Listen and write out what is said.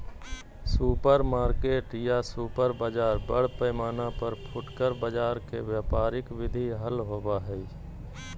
supermarket या super बाजार बड़ पैमाना पर फुटकर बाजार के व्यापारिक विधि हल होबा हई